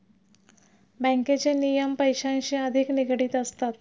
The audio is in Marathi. बँकेचे नियम पैशांशी अधिक निगडित असतात